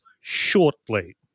shortly